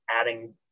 adding